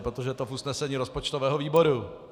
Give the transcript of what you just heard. Protože to je v usnesení rozpočtového výboru.